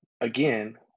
again